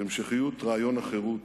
והמשכיות רעיון החירות."